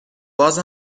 باز